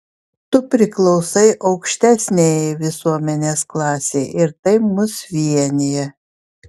tu priklausai aukštesniajai visuomenės klasei ir tai mus vienija